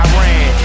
Iran